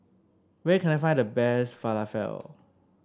where can I find the best Falafel